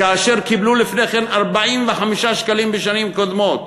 כאשר קיבלו לפני כן 45 שקלים, בשנים קודמות,